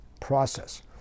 process